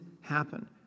happen